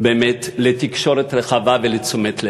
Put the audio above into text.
באמת לתקשורת רחבה ולתשומת לב.